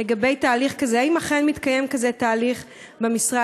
לגבי תהליך כזה: אם אכן מתקיים כזה תהליך במשרד,